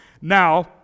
Now